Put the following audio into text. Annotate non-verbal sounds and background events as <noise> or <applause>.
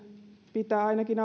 pitää ainakin <unintelligible>